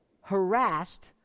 harassed